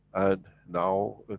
and now.